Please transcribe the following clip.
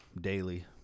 daily